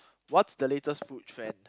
what's the latest food trend